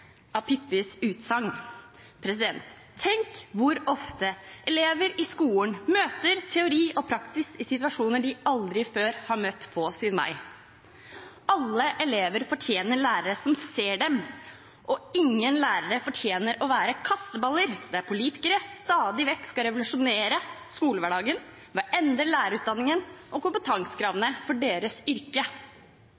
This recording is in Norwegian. av Pippis utsagn. Tenk hvor ofte elever i skolen møter teori og praksis i situasjoner de aldri før har møtt på sin vei. Alle elever fortjener lærere som ser dem, og ingen lærere fortjener å være kasteballer, der politikerne stadig vekk skal revolusjonere skolehverdagen ved å endre lærerutdanningen og